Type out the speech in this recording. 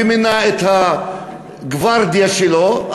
שמינה את הגוורדיה שלו,